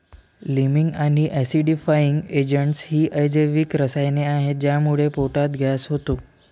liming आणि acidifying agents ही अजैविक रसायने आहेत ज्यामुळे पोटात गॅस होतो